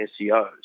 SEOs